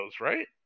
right